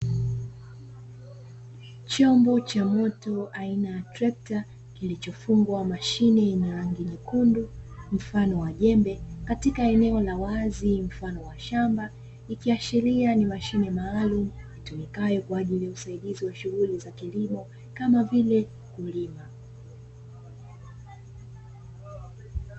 Chombo cha moto aina ya trekta kilichofungwa mashine yenye rangi nyekundu mfano wa jembe katika eneo la wazi mfano wa shamba, kinachoashiria ni kae bwana ni msaidizi waheshimiwa ni za kilimo kama vile kulima.